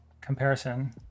comparison